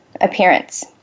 appearance